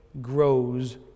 grows